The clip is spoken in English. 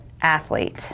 athlete